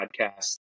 podcast